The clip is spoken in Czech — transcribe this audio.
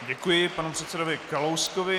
Děkuji panu předsedovi Kalouskovi.